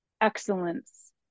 excellence